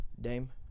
Dame